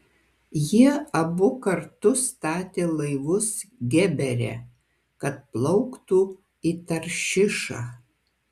jie abu kartu statė laivus gebere kad plauktų į taršišą